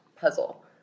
puzzle